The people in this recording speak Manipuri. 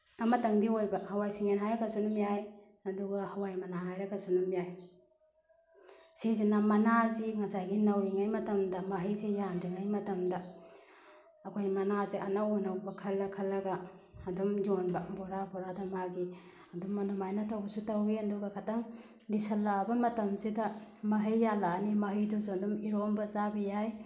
ꯑꯃꯇꯪꯗꯤ ꯑꯣꯏꯕ ꯍꯋꯥꯏ ꯁꯤꯡꯌꯦꯟ ꯍꯥꯏꯔꯒꯁꯨ ꯑꯗꯨꯝ ꯌꯥꯏ ꯑꯗꯨꯒ ꯍꯋꯥꯏ ꯃꯅꯥ ꯍꯥꯏꯔꯒꯁꯨ ꯑꯗꯨꯝ ꯌꯥꯏ ꯁꯤꯁꯤꯅ ꯃꯅꯥꯁꯤ ꯉꯁꯥꯏꯒꯤ ꯅꯧꯔꯤꯉꯩ ꯃꯇꯝꯗ ꯃꯍꯩꯁꯦ ꯌꯥꯟꯗ꯭ꯔꯤꯉꯩ ꯃꯇꯝꯗ ꯑꯩꯈꯣꯏ ꯃꯅꯥꯁꯦ ꯑꯅꯧ ꯑꯅꯧꯕ ꯈꯜꯂ ꯈꯜꯂꯒ ꯑꯗꯨꯝ ꯌꯣꯟꯕ ꯕꯣꯔꯥ ꯕꯣꯔꯥꯗ ꯃꯥꯒꯤ ꯑꯗꯨꯝ ꯑꯗꯨꯃꯥꯏꯅ ꯇꯧꯕꯁꯨ ꯇꯧꯏ ꯑꯗꯨꯒ ꯈꯤꯇꯪ ꯂꯤꯁꯜꯂꯛꯑꯕ ꯃꯇꯝꯁꯤꯗ ꯃꯍꯩ ꯌꯥꯜꯂꯛꯑꯅꯤ ꯃꯍꯩꯗꯨꯁꯨ ꯑꯗꯨꯝ ꯏꯔꯣꯝꯕ ꯆꯥꯕ ꯌꯥꯏ